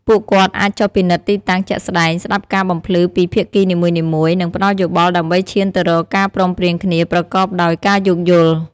ពួកគាត់អាចចុះពិនិត្យទីតាំងជាក់ស្តែង ស្តាប់ការបំភ្លឺពីភាគីនីមួយៗ និងផ្តល់យោបល់ដើម្បីឈានទៅរកការព្រមព្រៀងគ្នាប្រកបដោយការយោគយល់។